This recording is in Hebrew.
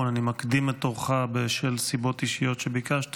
אני מקדים את תורך בשל סיבות אישיות שביקשת.